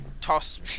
Toss